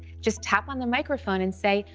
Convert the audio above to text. just tap on the microphone and say,